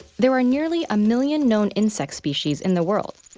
there are nearly a million known insect species in the world,